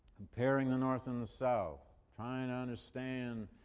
comparing the north and the south, try and understand